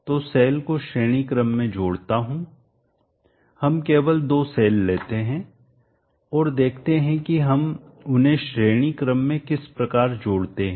तो सेल को श्रेणी क्रम में जोड़ता हूं हम केवल दो सेल लेते हैं और देखते हैं कि हम उन्हें श्रेणी क्रम में किस प्रकार जोड़ते हैं